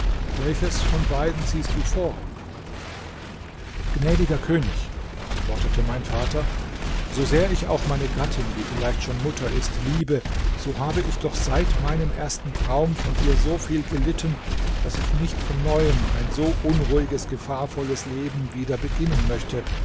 welches von beiden ziehst du vor gnädiger könig antwortete mein vater so sehr ich auch meine gattin die vielleicht schon mutter ist liebe so habe ich doch seit meinem ersten traum von ihr so viel gelitten daß ich nicht von neuem ein so unruhiges gefahrvolles leben wieder beginnen möchte